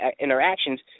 interactions